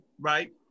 right